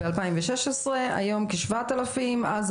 בשנת 2016 ו-7,000 ₪ נכון להיום.